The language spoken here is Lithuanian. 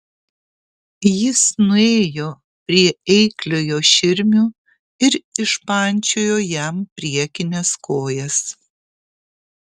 jis nuėjo prie eikliojo širmio ir išpančiojo jam priekines kojas